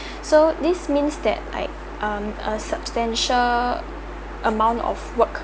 so this means that like um a substantial amount of work